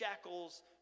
shackles